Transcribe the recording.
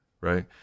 Right